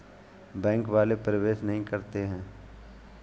Bank वाले प्रवेश नहीं करते हैं?